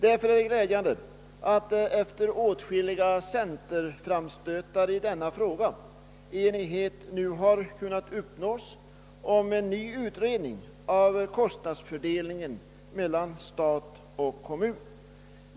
Därför är det glädjande att — efter åtskilliga centerframstötar i denna fråga — enighet nu kunnat uppnås om en ny utredning rörande kostnadsfördelningen mellan stat och kommun.